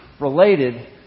related